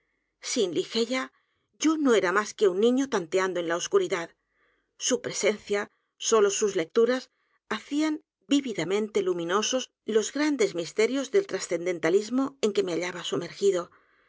sin ligeia yo no era más que un niño tanteando en la oscuridad su presencia sólo sus lecturas hacían vividamente luminosos los grandes misterios del trascendentalismo en que me hallaba sumergido